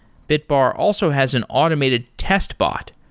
bitbar also has an automated test bot,